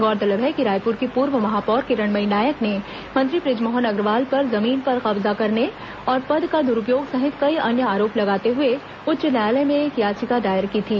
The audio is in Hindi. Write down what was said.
गौरतलब है कि रायपुर की पूर्व महापौर किरणमयी नायक ने मंत्री बृजमोहन अग्रवाल पर जमीन पर कब्जा करने और पद का दुरुपयोग सहित कई अन्य आरोप लगाते हुए उच्च न्यायालय में एक याचिका दायर की थी